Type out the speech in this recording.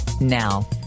Now